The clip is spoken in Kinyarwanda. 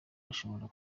bashobora